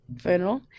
funeral